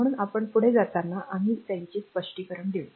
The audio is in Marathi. म्हणून आपण पुढे जाताना आम्ही त्यांचे स्पष्टीकरण देऊ